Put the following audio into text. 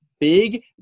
big